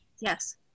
Yes